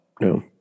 no